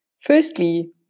firstly